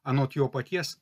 anot jo paties